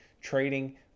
trading